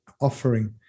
offering